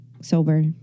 sober